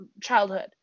childhood